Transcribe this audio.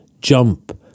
jump